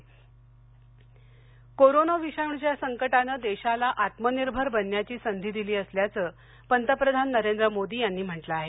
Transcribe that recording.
Modi corona विषाणूच्या संकटानं देशाला आत्मनिर्भर बनण्याची संधी दिली असल्याचं पंतप्रधान नरेंद्र मोदी यांनी म्हटलं आहे